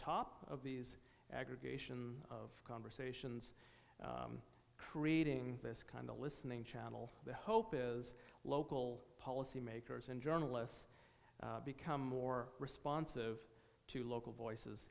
top of these aggregation of conversations creating this kind of listening channel the hope is local policymakers and journalists become more responsive to local voices